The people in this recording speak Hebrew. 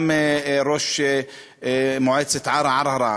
גם ראש מועצת ערערה,